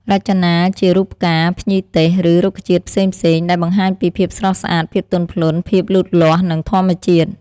រចនាជារូបផ្កា ភ្ញីទេស ឬរុក្ខជាតិផ្សេងៗ ដែលបង្ហាញពី ភាពស្រស់ស្អាត ភាពទន់ភ្លន់ ភាពលូតលាស់ និងធម្មជាតិ។